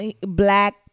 black